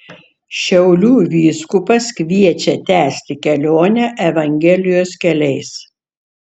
šiaulių vyskupas kviečia tęsti kelionę evangelijos keliais